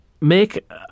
make